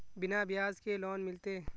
बिना ब्याज के लोन मिलते?